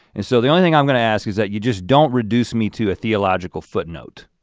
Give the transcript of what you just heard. and so the only thing i'm gonna ask is that you just don't reduce me to a theological footnote